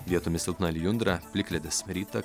vietomis silpna lijundra plikledis rytą